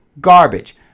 garbage